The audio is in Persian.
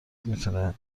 میتونه